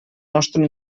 nostre